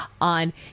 on